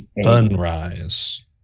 sunrise